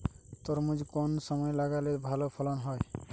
তরমুজ কোন সময় লাগালে ভালো ফলন হয়?